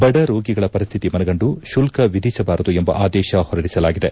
ಬಡ ರೋಗಿಗಳ ಪರಿಶ್ವಿತಿ ಮನಗಂಡು ಶುಲ್ಕ ವಿಧಿಸಬಾರದು ಎಂಬ ಆದೇಶ ಹೊರಡಿಸಲಾಗಿದೆ